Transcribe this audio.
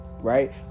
right